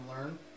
learn